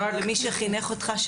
ומי שחינך אותך,